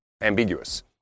ambiguous